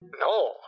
no